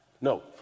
No